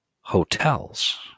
hotels